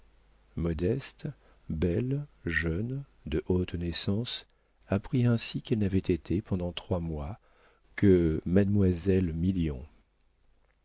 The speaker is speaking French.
modeste belle jeune de haute naissance apprit ainsi qu'elle n'avait été pendant trois mois que mademoiselle million